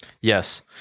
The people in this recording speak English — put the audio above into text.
yes